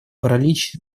паралич